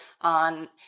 on